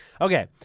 Okay